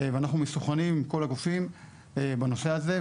ואנחנו מסונכרנים עם כל הגופים בנושא הזה,